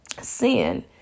sin